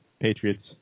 Patriots